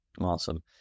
Awesome